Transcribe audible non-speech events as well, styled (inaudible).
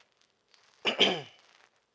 (coughs)